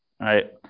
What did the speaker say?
right